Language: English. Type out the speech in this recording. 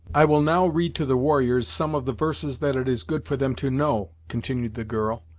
i will now read to the warriors some of the verses that it is good for them to know, continued the girl,